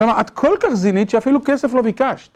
כלומר, את כל כך זינית שאפילו כסף לא ביקשת.